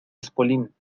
espolín